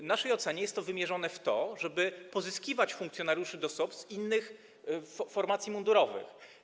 W naszej ocenie jest to nastawione na to, żeby pozyskiwać funkcjonariuszy do SOP z innych formacji mundurowych.